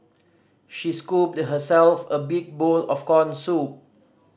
she scooped herself a big bowl of corn soup